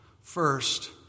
First